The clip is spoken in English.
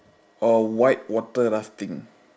or white water rafting